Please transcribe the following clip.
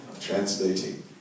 Translating